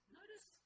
notice